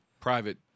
private